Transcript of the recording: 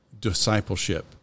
discipleship